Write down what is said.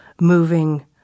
moving